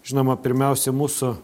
žinoma pirmiausia mūsų